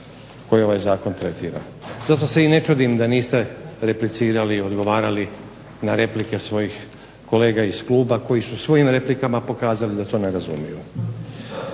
koji ovaj Zakon tretira, zato se i ne čudim da niste replicirali, odgovarali na replike svojih kolega iz Kluba koji su svojim replikama pokazali da to ne razumiju.